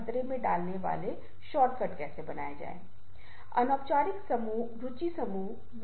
आपके पास दूसरा रास्ता भी है आप पहले पेश किए गए पाठ को ले सकते हैं और फिर छवि का अनुसरण कर सकते हैं